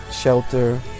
shelter